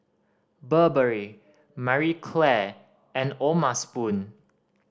Burberry Marie Claire and O'ma Spoon